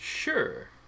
Sure